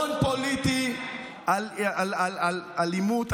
הון פוליטי על אלימות,